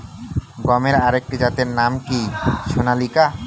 গমের আরেকটি জাতের নাম কি সোনালিকা?